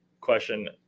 Question